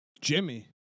jimmy